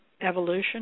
evolution